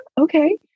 okay